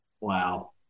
Wow